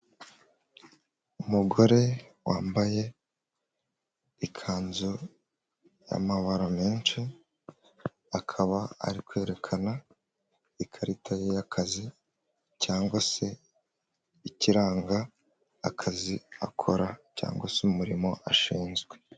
Umugore wambaye ikanzu y'amabara menshi akaba ari kwerekana ikarita ye y'akazi cyangwa se ikiranga akazi akora cyangwa se umurimo ashinzwe.